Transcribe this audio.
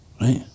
right